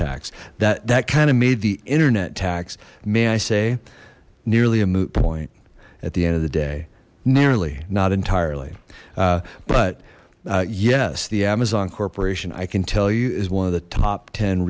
tax that that kind of made the internet tax may i say nearly a moot point at the end of the day nearly not entirely but yes the amazon corporation i can tell you is one of the top ten